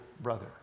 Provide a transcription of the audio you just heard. brother